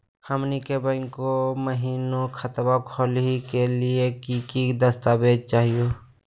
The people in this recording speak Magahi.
हमनी के बैंको महिना खतवा खोलही के लिए कि कि दस्तावेज चाहीयो?